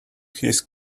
his